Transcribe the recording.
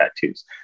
tattoos